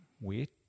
weird